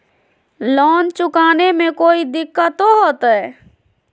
Loan चुकाने में कोई दिक्कतों होते?